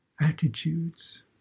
attitudes